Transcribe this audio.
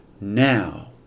Now